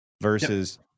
versus